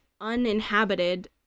uninhabited